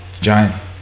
giant